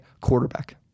quarterback